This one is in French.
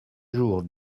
jour